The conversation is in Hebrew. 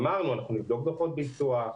אמרנו שאנחנו נבדוק דוחות ביצוע,